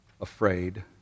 afraid